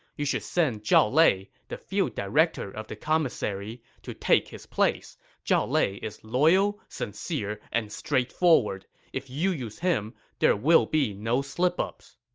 you should send zhao lei, the field director of the commissary, to take his place. zhao lei is loyal, sincere, and straightforward. if you use him, there will be no slipups.